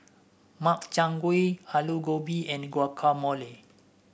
Makchang Gui Alu Gobi and Guacamole